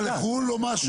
אתה נוסע לחו"ל או משהו?